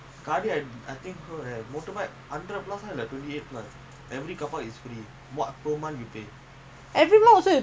அதென்ன:athenna season இப்பதாகேள்விபடறேன்:ippatha kelvi padaren give for motorbike lah